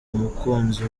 umukunzi